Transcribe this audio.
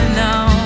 now